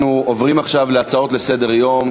אנחנו עוברים עכשיו להצעות לסדר-היום,